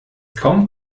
kommt